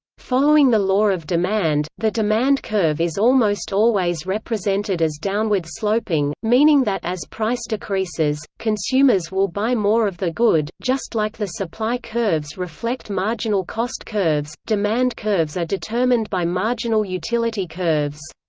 following the law of demand, the demand curve is almost always represented as downward-sloping, meaning that as price decreases, consumers will buy more of the good just like the supply curves reflect marginal cost curves, demand curves are determined by marginal utility curves.